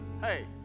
hey